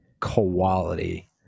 quality